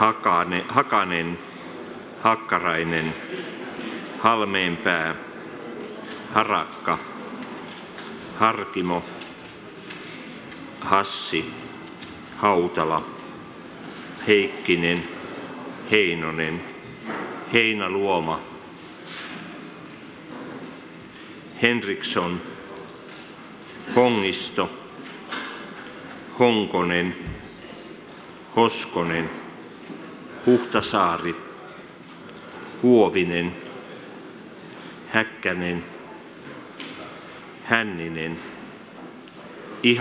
riksdagsledamöterna ska i alfabetisk ordning lägga röstsedeln i h